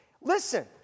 Listen